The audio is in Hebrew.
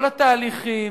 כל התהליכים.